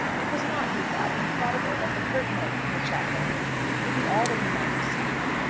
it was not, he thought, improbable, that the curt note from the chaplain would be all that he might receive.